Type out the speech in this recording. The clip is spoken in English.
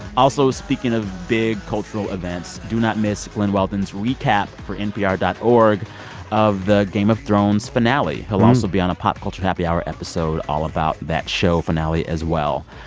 also, speaking of big cultural events, do not miss glen weldon's recap for npr dot org of the game of thrones finale. he'll also be on a pop culture happy hour episode all about that show finale, as well